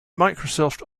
microsoft